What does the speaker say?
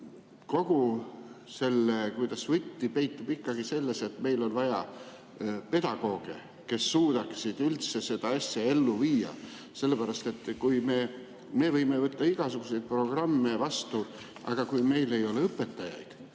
kogu selle võti peitub ikkagi selles, et meil on vaja pedagooge, kes suudaksid üldse seda asja ellu viia. Me võime võtta igasuguseid programme vastu, aga kui meil ei ole õpetajaid,